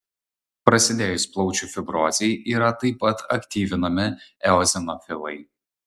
prasidėjus plaučių fibrozei yra taip pat aktyvinami eozinofilai